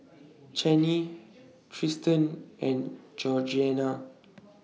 Chaney Triston and Georgeanna